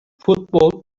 futbol